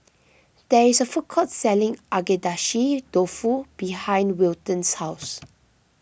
there is a food courts selling Agedashi Dofu behind Wilton's house